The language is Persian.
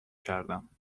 کردم